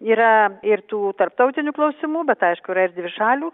yra ir tų tarptautinių klausimų bet aišku yra ir dvišalių